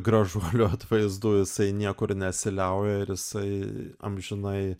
gražuolių atvaizdų jisai niekur nesiliauja ir jisai amžinai